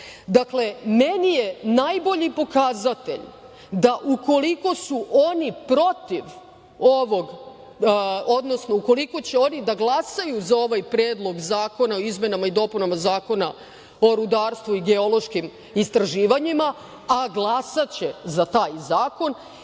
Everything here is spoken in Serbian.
su oni protiv ovog, odnosno ukoliko će oni da glasaju za ovaj Predlog zakona o izmenama i dopunama Zakona o rudarstvu i geološkim istraživanjima, a glasaće za taj zakon,